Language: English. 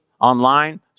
online